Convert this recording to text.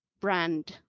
brand